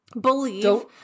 Believe